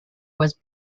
was